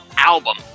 album